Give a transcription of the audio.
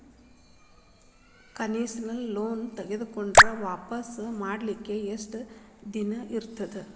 Concessional loan ತಗೊಂಡ್ರ್ ವಾಪಸ್ ಕಟ್ಲಿಕ್ಕೆ ಯೆಷ್ಟ್ ದಿನಾ ಇರ್ತದ?